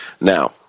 Now